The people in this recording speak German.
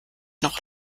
noch